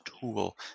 tool